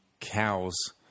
cows